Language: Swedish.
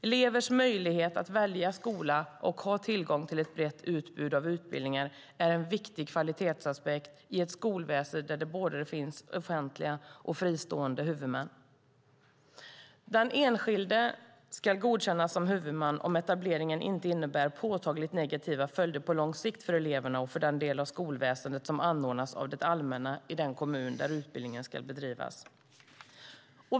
Elevers möjlighet att välja skola och ha tillgång till ett brett utbud av utbildningar är en viktig kvalitetsaspekt i ett skolväsen där det finns både offentliga och fristående huvudmän. Den enskilde ska godkännas som huvudman om etableringen inte innebär påtagliga negativa följder på lång sikt för eleverna eller för den del av skolväsendet som anordnas av det allmänna i den kommun där utbildningen ska bedrivas.